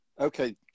okay